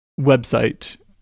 website